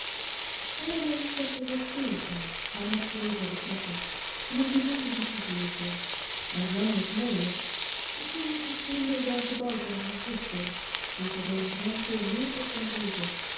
elinor zag er wat teer uit maar had geregelde trekken en een bijzonder lief figuurtje marianne was mooier misschien iets minder welgebouwd dan haar zuster viel zij door haar lengte meer op dan deze